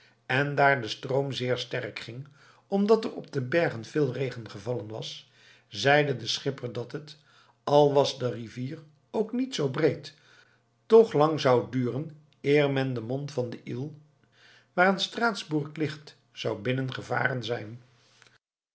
en daar de stroom zeer sterk ging omdat er op de bergen veel regen gevallen was zeide de schipper dat het al was de rivier ook niet zoo breed toch lang zou duren eer men den mond van de ill waaraan straatsburg ligt zou binnengevaren zijn